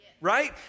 right